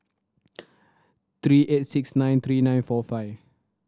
three eight six nine three nine four five